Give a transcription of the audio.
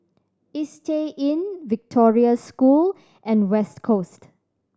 Istay Inn Victoria School and West Coast